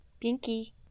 Pinky